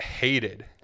hated